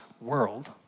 world